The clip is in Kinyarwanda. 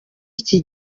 iki